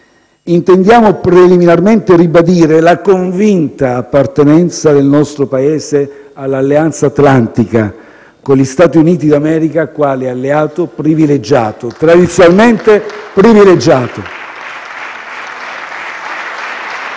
intendiamo preliminarmente ribadire la convinta appartenenza del nostro Paese all'Alleanza atlantica con gli Stati Uniti d'America quale alleato privilegiato, tradizionalmente privilegiato.